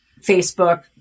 Facebook